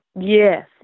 Yes